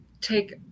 take